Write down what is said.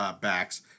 backs